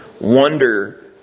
wonder